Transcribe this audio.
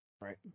Right